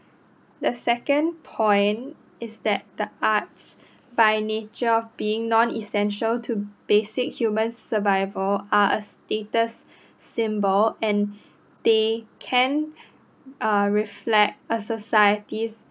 the second point is that the arts by nature of being non essential to basic human survival are a status symbol and they can uh reflect a society's